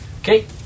Okay